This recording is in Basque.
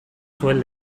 zuen